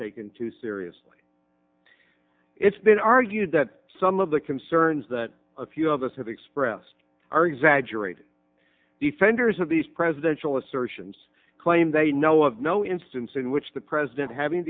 taken too seriously it's been argued that some of the concerns that a few of us have expressed are exaggerated defenders of these presidential assertions claimed they know of no instance in which the president having